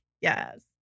Yes